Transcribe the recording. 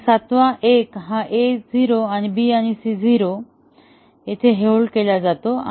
आणि सातवा एक A हा 0 आहे BC हा 0 येथे हेल्ड केला जातो